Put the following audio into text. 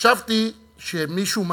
חשבתי שמישהו מגזים,